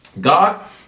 God